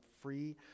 free